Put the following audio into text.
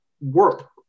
work